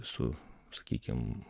su sakykim